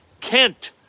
Kent